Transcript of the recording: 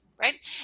right